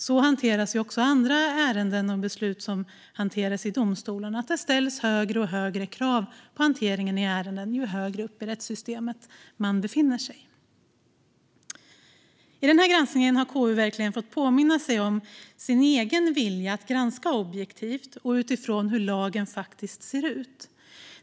Så hanteras också andra ärenden och beslut som hanteras i domstolarna: Det ställs högre och högre krav på hanteringen av ärenden ju högre upp i rättssystemet man befinner sig. I den här granskningen har KU verkligen fått påminna sig om sin egen vilja att granska objektivt och utifrån hur lagen faktiskt ser ut.